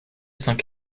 cinq